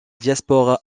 diaspora